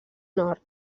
nord